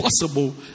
possible